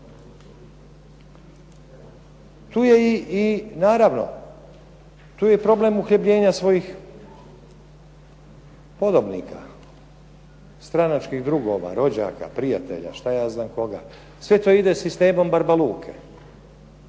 Tu je i, naravno tu je problem uhljebljenja svojih podobnika, stranačkih drugova, rođaka, prijatelja, šta ja znam koga. Sve to ide sistemom barba Luke.